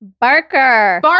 Barker